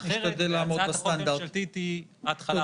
כי הצעת החוק הממשלתית היא התחלה.